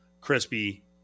crispy